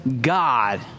God